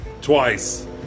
twice